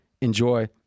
Enjoy